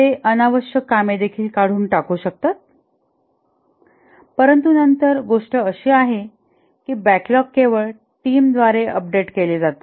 ते अनावश्यक कामे देखील काढून टाकू शकतात परंतु नंतर गोष्ट अशी आहे की बॅकलॉग केवळ टीमद्वारे अपडेट केला जातो